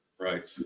right